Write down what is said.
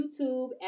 YouTube